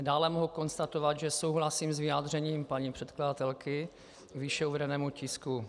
Dále mohu konstatovat, že souhlasím s vyjádřením paní předkladatelky k výše uvedenému tisku.